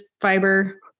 fiber